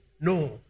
no